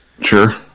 Sure